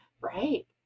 right